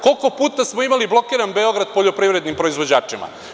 Koliko puta smo imali blokiran Beograd poljoprivrednim proizvođačima?